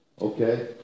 okay